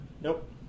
Nope